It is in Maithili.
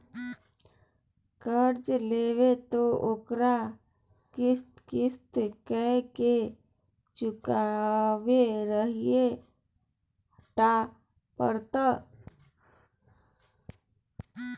कर्जा लेब त ओकरा किस्त किस्त कए केँ चुकबहिये टा पड़त